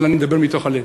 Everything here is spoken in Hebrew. אבל אני מדבר מתוך הלב.